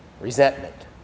Resentment